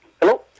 Hello